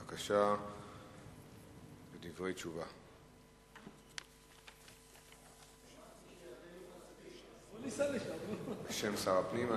בבקשה, דברי תשובה בשם שר הפנים.